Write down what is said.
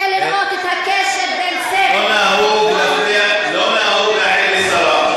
קשה לראות את הקשר בין צדק, לא נהוג להעיר לשרה.